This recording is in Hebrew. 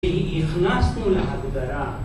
כי הכנסנו להגדרה